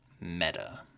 Meta